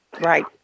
Right